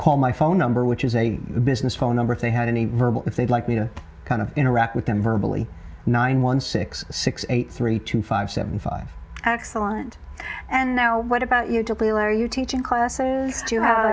call my phone number which is a business phone number of they have any verbal if they'd like me to kind of interact with them virtually nine one six six eight three two five seven five excellent and now what about utopia where you teach in classes do you have